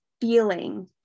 feeling